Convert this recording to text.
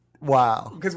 Wow